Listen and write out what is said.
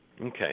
Okay